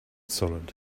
solid